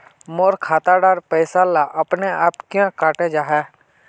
मोर खाता डार पैसा ला अपने अपने क्याँ कते जहा?